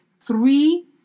three